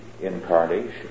incarnation